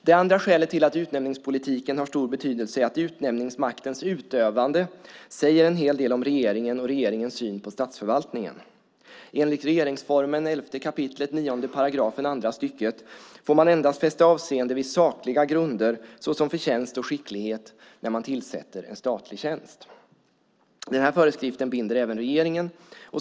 Det andra skälet till att utnämningspolitiken har stor betydelse är att utnämningsmaktens utövande säger en hel del om regeringen och regeringens syn på statsförvaltningen. Enligt regeringsformen 11 kap. 9 § andra stycket får man endast fästa avseende vid sakliga grunder såsom förtjänst och skicklighet när man tillsätter en statlig tjänst. Föreskriften binder även regeringen.